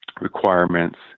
requirements